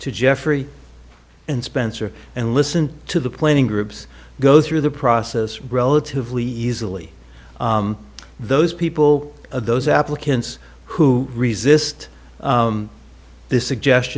to jeffrey and spencer and listen to the planning groups go through the process relatively easily those people those applicants who resist this suggest